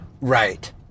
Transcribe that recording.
Right